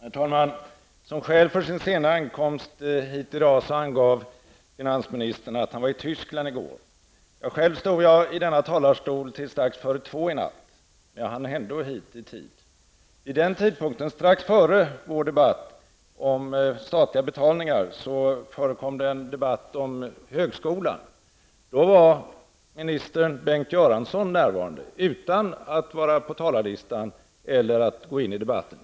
Herr talman! Som skäl för sin sena ankomst hit i dag angav finansministern att han var i Tyskland i går. Själv stod jag i denna talarstol till strax före klockan två i natt, men jag hann ändå hit i tid. Vid den tidpunkten, strax före vår debatt om statliga betalningar, förekom en debatt om högskolan. Då var minister Bengt Göransson närvarande, utan att vara uppsatt på talarlistan eller att gå in i debatten.